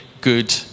good